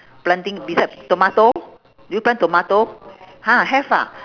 planting beside tomato do you plant tomato ha have ah